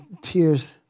tears